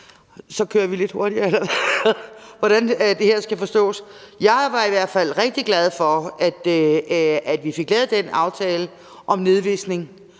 det her skal forstås. Jeg var i hvert fald rigtig glad for, at vi fik lavet den aftale om nedvisning,